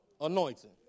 anointing